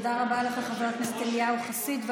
תודה רבה לך, חבר הכנסת אליהו חסיד.